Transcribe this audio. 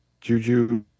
Juju